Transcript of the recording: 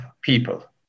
people